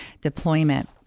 deployment